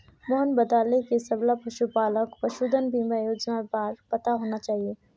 मोहन बताले कि सबला पशुपालकक पशुधन बीमा योजनार बार पता होना चाहिए